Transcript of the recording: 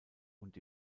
und